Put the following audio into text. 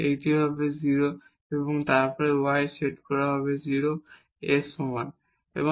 এটিও হবে 0 এবং তারপর এখানে y সেট করা 0 এর সমান মান পাবো